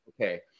okay